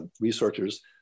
researchers